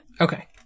Okay